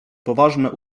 poważne